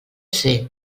ser